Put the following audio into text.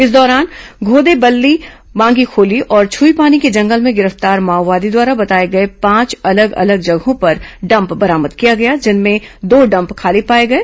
इस दौरान घोबेदल्ली मांगीखोली और छुईपानी के जंगल में गिरफ्तार माओवादी द्वारा बताए गए पांच अलग अलग जगहों पर डम्प बरामद किया गया जिसमें दो डम्प खाली पाए गए